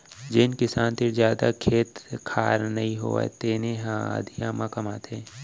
जेन किसान तीर जादा खेत खार नइ होवय तेने ह अधिया म कमाथे